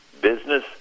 business